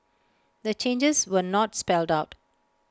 the changes were not spelled out